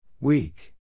Weak